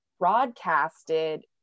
broadcasted